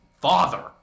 father